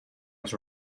was